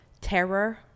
terror